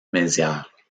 mézières